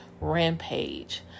rampage